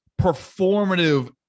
performative